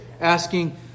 asking